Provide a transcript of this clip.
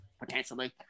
potentially